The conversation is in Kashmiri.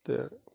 تہٕ